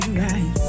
right